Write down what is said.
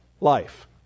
life